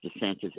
DeSantis